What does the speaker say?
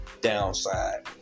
downside